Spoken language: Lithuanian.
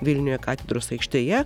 vilniuje katedros aikštėje